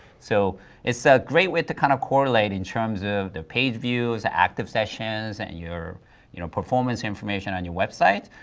so it's a so great way to kind of correlate in terms of the page views, the active sessions, and your you know performance information on your website,